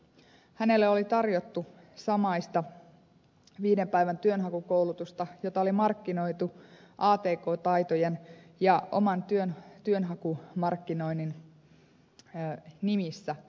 hänelle oli tarjottu samaista viiden päivän työnhakukoulutusta jota oli markkinoitu atk taitojen ja oman työn työnhakumarkkinoinnin nimissä